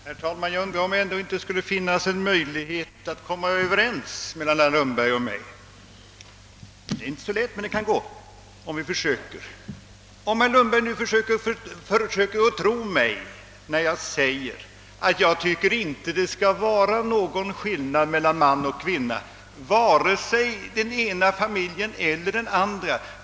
Herr talman! Jag undrar om det ändå inte skulle finnas en möjlighet för herr Lundberg och mig att komma överens. Det är inte så lätt, men det kan gå om vi försöker. Jag hoppas sålunda att herr Lundberg tror mig när jag säger att jag inte tycker att det skall vara någon skillnad mellan man och kvinna vare sig i den ena familjen eller i den andra.